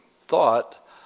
thought